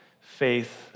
Faith